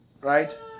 Right